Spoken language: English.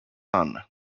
son